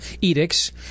edicts